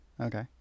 okay